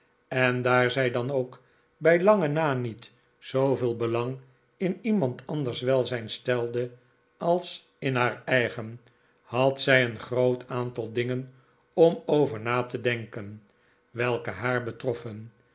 en daar zij dan ook bij lange p na niet zooveel belang in iemand anders welzijn stelde als in haar eigen had itv co ooq oo zij een groot aantal dingen om over na te denken welke haar betroffen